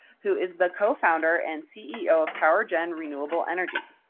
who is the cofounder and ceo of powergen renewable energy,